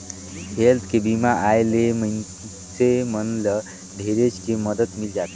health के बीमा आय ले मइनसे मन ल ढेरेच के मदद मिल जाथे